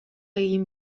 egin